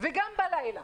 גם בלילה.